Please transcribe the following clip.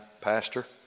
Pastor